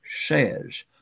says